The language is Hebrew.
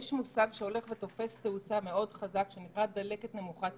יש מושג שהולך ותופס תאוצה מאוד חזקה שנקרא "דלקת נמוכת עוצמה".